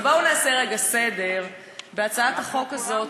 אבל בואו נעשה רגע סדר לגבי הצעת החוק הזאת.